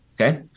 okay